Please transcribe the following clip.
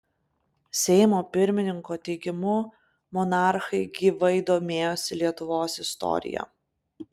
seimo pirmininko teigimu monarchai gyvai domėjosi lietuvos istorija